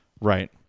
Right